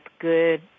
good